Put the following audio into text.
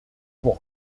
pour